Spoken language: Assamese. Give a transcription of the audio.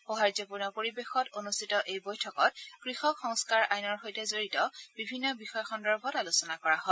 সৌহাৰ্দপূৰ্ণ পৰিবেশত অনুষ্ঠিত এই বৈঠকত কৃষক সংস্কাৰ আইনৰ সৈতে জড়িত বিভিন্ন বিষয় সন্দৰ্ভত আলোচনা কৰা হয়